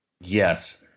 Yes